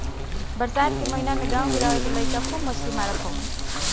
बरसात के महिना में गांव गिरांव के लईका खूब मछरी मारत हवन